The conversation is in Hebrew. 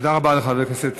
תודה רבה לחבר הכנסת